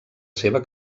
seva